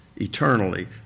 eternally